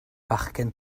fachgen